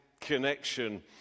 connection